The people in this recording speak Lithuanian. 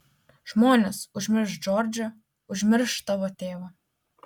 žmonės užmirš džordžą užmirš tavo tėvą